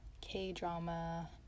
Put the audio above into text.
K-drama